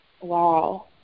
Wow